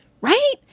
right